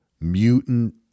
mutant